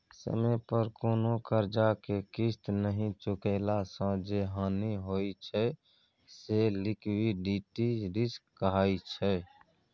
समय पर कोनो करजा केँ किस्त नहि चुकेला सँ जे हानि होइ छै से लिक्विडिटी रिस्क कहाइ छै